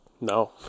No